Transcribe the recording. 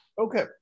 Okay